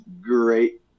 great